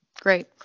great